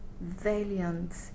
valiant